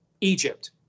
Egypt